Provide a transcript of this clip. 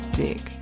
dick